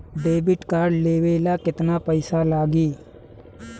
Debit card लेवे ला केतना पईसा लागी?